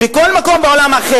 בכל מקום אחר בעולם,